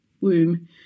womb